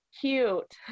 cute